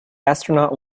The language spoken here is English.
astronaut